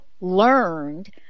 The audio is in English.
learned